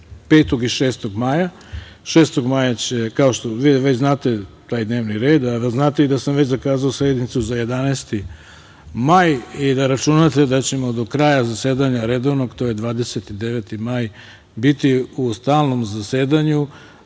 5. i 6. maja. Šestog maja će, već znate taj dnevni red, a znate i da sam već zakazao sednicu za 11. maj i da računate da ćemo do kraja redovnog zasedanja, to je 29. maj, biti u stalnom zasedanju,